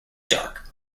dark